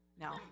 No